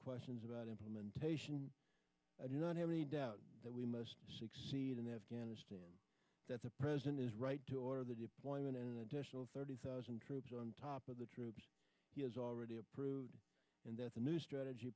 questions about implementation i do not have any doubt that we must succeed in afghanistan that the president is right to order the deployment of an additional thirty thousand troops on top of the troops he has already approved and that the new strategy